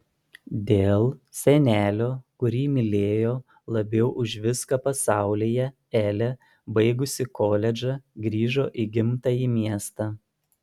dėl senelio kurį mylėjo labiau už viską pasaulyje elė baigusi koledžą grįžo į gimtąjį miestą